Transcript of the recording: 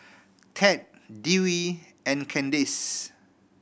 Tad Dewey and Candace